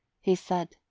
he said,